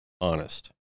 honest